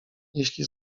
jeśli